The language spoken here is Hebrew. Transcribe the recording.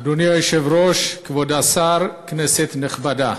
אדוני היושב-ראש, כבוד השר, כנסת נכבדה,